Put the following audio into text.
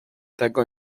tego